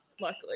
luckily